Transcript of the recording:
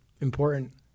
Important